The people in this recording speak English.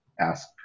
ask